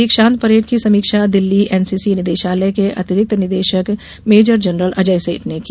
दीक्षांत परेड की समीक्षा दिल्ली एनसीसी निदेशालय के अतिरिक्त निदेशक मेजर जनरल अजय सेठ ने की